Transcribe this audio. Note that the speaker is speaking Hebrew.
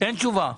אין תשובה טוב.